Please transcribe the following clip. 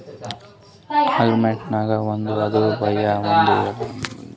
agreement ನಾಗ್ ಒಂದ್ ಅದ ಬಾಯ್ಲೆ ಒಂದ್ ಹೆಳ್ಯಾರ್ ಹಾಂಗ್ ಮಾಡಿ ನಮ್ದು ಒಂದ್ ಲಕ್ಷ ರೂಪೆ ವಾಪಿಸ್ ಕೊಟ್ಟಿಲ್ಲ